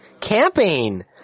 Camping